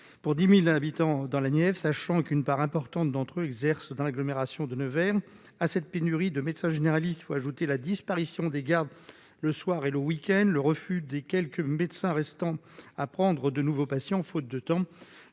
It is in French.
pour 10000 habitants dans la Nièvre, sachant qu'une part importante d'entre eux exercent dans l'agglomération de Nevers à cette pénurie de médecins généralistes, il faut ajouter la disparition des gardes le soir et le week-end, le refus des quelques médecins restant à prendre de nouveaux patients faute de temps,